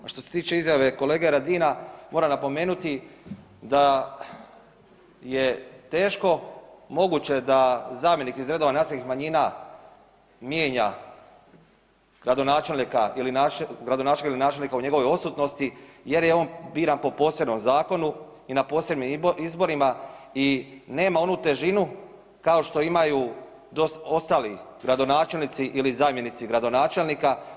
A što se tiče izjave kolege Radina moram napomenuti da je teško moguće da zamjenik iz redova nacionalnih manjina mijenja gradonačelnika, gradonačelnika ili načelnika u njegovoj odsutnosti jer je on biran po posebnom zakonu i na posebnim izborima i nema onu težinu kao što imaju ostali gradonačelnici ili zamjenici gradonačelnika.